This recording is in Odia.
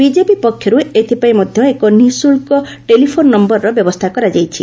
ବିକେପି ପକ୍ଷରୁ ଏଥିପାଇଁ ମଧ୍ୟ ଏକ ନିଃଶୁଳ୍କ ଟେଲିଫୋନ୍ ନୟରର ବ୍ୟବସ୍ଥା କରାଯାଇଛି